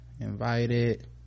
Invited